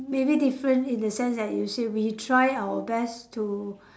maybe different in the sense that you say we try our best to